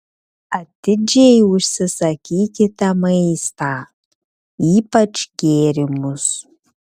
atidžiai užsisakykite maistą ypač gėrimus